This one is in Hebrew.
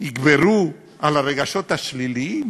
יגברו על הרגשות השליליים?